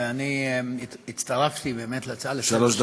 אני הצטרפתי באמת להצעה לסדר-היום, שלוש דקות.